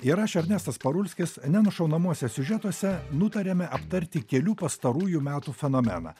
ir aš ernestas parulskis nenušaunamuose siužetuose nutarėme aptarti kelių pastarųjų metų fenomeną